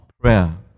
prayer